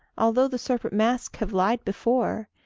although the serpent mask have lied before,